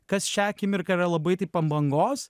kas šią akimirką yra labai taip ant bangos